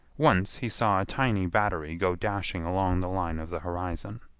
once he saw a tiny battery go dashing along the line of the horizon.